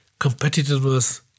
competitiveness